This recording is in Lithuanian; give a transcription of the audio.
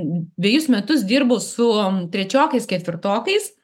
dvejus metus dirbau su trečiokais ketvirtokais